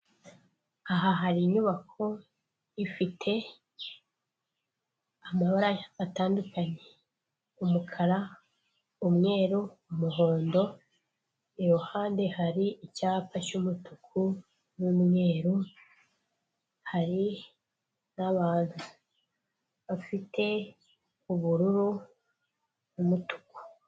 Aha hari inyubako ifite amabara atandukanye umukara, umweru, umuhondo. Iruhande hari icyapa cy'umutuku n'umweru, hari n'abantu bafite ubururu, umutuku.